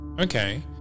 okay